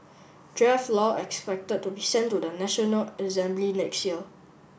draft law expected to be sent to the National Assembly next year